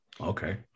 Okay